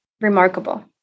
remarkable